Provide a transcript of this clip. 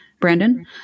Brandon